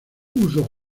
uso